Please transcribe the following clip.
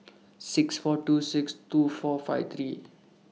six four two six two four five three